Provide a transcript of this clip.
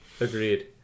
agreed